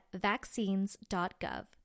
vaccines.gov